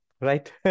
right